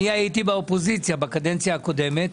אני הייתי באופוזיציה בקדנציה הקודמת,